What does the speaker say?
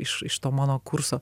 iš iš to mano kurso